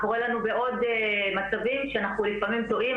קורה לנו בעוד מצבים שאנחנו לפעמים טועים,